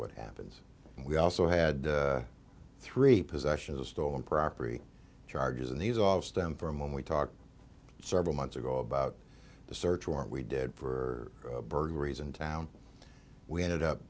what happens and we also had three possession of stolen property charges and these all stem from when we talked several months ago about the search warrant we did for burglaries in town we ended up